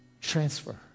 Transfer